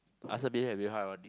ask her a bit a bit hard only